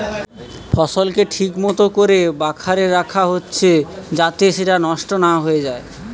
ফসলকে ঠিক মতো কোরে বাখারে রাখা হচ্ছে যাতে সেটা নষ্ট না হয়ে যায়